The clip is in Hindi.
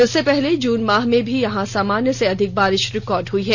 इससे पहले जून माह में भी यहां सामान्य से अधिक बारिष रिकॉर्ड हुई है